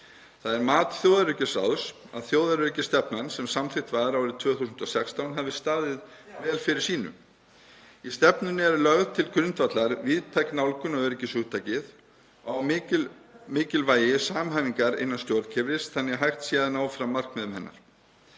Það er mat þjóðaröryggisráðs að þjóðaröryggisstefnan sem samþykkt var árið 2016 hafi staðið vel fyrir sínu. Í stefnunni er lögð til grundvallar víðtæk nálgun á öryggishugtakið og mikilvægi samhæfingar innan stjórnkerfis þannig að hægt sé að ná fram markmiðum hennar.